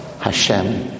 Hashem